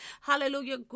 hallelujah